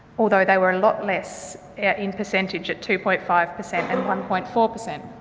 although they were a lot less in percentage at two point five per cent and one point four per cent.